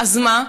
אז מה?